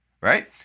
right